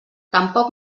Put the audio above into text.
tampoc